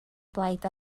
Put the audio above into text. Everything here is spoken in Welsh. blaid